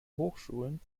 hochschulen